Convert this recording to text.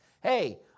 hey